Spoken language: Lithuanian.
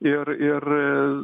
ir ir